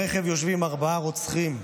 ברכב יושבים ארבעה רוצחים,